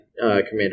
Commander